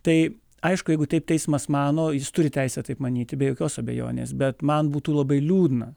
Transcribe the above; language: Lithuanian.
tai aišku jeigu taip teismas mano jis turi teisę taip manyti be jokios abejonės bet man būtų labai liūdna